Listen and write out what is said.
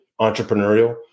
entrepreneurial